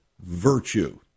virtue